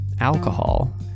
alcohol